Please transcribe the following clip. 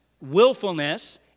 willfulness